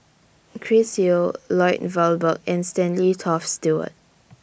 Chris Yeo Lloyd Valberg and Stanley Toft Stewart